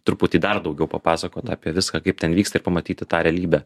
truputį dar daugiau papasakot apie viską kaip ten vyksta ir pamatyti tą realybę